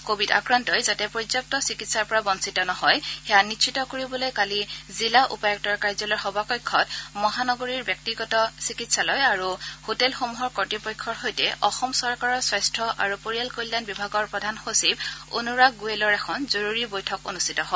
Covid আক্ৰান্তই যাতে পৰ্যাপ্ত চিকিৎসাৰ পৰা বঞ্চিত নহয় সেয়া নিশ্চত কৰিবলৈ কালি জিলা উপায়ুক্তৰ কাৰ্যালয়ৰ সভাকক্ষত মহানগৰীৰ ব্যক্তিগত চিকিৎসালয় আৰু হোটেলসমূহৰ কৰ্ত্তপক্ষৰ সৈতে অসম চৰকাৰৰ স্বাস্থ্য আৰু পৰিয়াল কল্যাণ বিভাগৰ প্ৰধান সচিব অনুৰাগ গোৱেলৰ এখন জৰুৰী বৈঠক অনুষ্ঠিত হয়